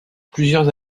plusieurs